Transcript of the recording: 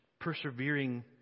persevering